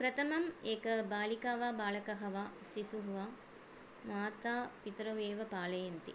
प्रथमं एका बालिका वा बालकः वा शिशुः वा माता पितरौ एव पालयन्ति